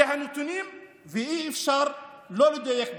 כי הנתונים, אי-אפשר שלא לדייק בהם.